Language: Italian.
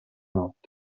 notte